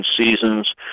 seasons